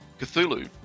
Cthulhu